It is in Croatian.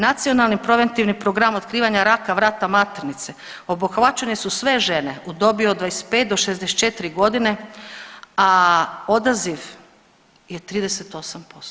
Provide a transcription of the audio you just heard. Nacionalni preventivni program otkrivanja raka vrata maternice obuhvaćene su sve žene u dobi od 25 do 64 godine, a odaziv je 38%